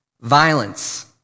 Violence